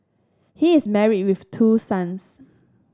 he is married with two sons